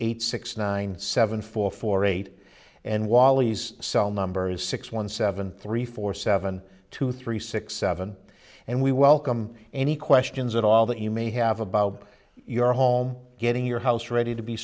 eight six nine seven four four eight and wally's cell number is six one seven three four seven two three six seven and we welcome any questions at all that you may have about your home getting your house ready to be